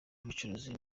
w’ubucuruzi